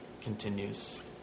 continues